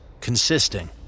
consisting